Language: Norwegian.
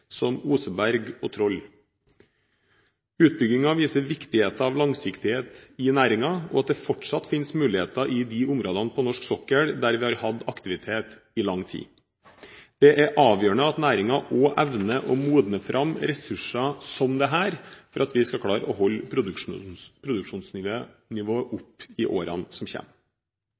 som Oseberg og Troll. Utbyggingen viser viktigheten av langsiktighet i næringen, og at det fortsatt finnes muligheter i de områdene på norsk sokkel der vi har hatt aktivitet i lang tid. Det er avgjørende at næringen også evner å modne fram ressurser som dette for at vi skal klare å holde produksjonsnivået opp i årene som